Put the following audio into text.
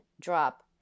drop